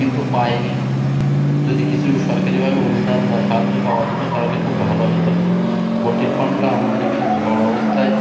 কিন্তু পায়নি যদি কিছু সরকারিভাবে অনুদান বা সাহায্য পাওয়া যেত তাহলে খুব ভালো হতো পোলট্রির ফার্মটা আমাদের এখানে ঝড় অবস্থায়